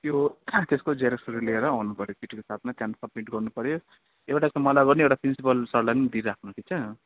त्यो त्यसको जेरक्सहरू लिएर आउनु पऱ्यो चिठ्ठीको साथमा त्यहाँदेखि सब्मिट गर्नु पऱ्यो एउटा त मलाई पनि एउटा प्रिन्सिपल सरलाई पनि दिइराख्नु ठिक छ